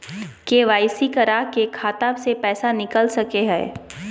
KYC करा के खाता से पैसा निकल सके हय?